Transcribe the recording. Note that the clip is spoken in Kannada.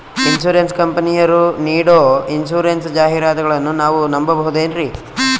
ಇನ್ಸೂರೆನ್ಸ್ ಕಂಪನಿಯರು ನೀಡೋ ಇನ್ಸೂರೆನ್ಸ್ ಜಾಹಿರಾತುಗಳನ್ನು ನಾವು ನಂಬಹುದೇನ್ರಿ?